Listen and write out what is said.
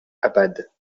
abad